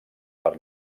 per